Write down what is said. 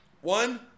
One